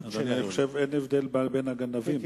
אבל אני חושב שאין הבדל בין הגנבים,